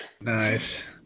Nice